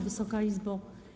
Wysoka Izbo!